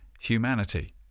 humanity